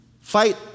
fight